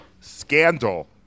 Scandal